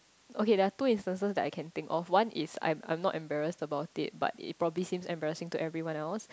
okay there are two instances that I can think of one is I'm I'm not embarrassed about it but it probably seems embarrassing to everyone else